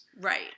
Right